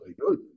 good